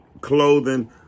clothing